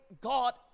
God